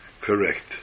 correct